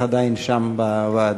בטח עדיין שם בוועדה.